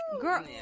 Girl